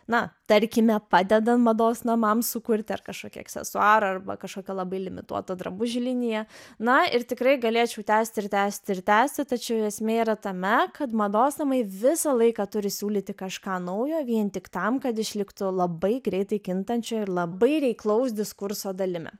na tarkime padeda mados namams sukurti ar kašokį aksesuarą arba kašokią labai limituotą drabužių liniją na ir tikrai galėčiau tęsti ir tęsti ir tęsti tačiau esmė yra tame kad mados namai visą laiką turi siūlyti kažką naujo vien tik tam kad išliktų labai greitai kintančio ir labai reiklaus diskurso dalimi